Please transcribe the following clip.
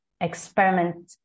experiment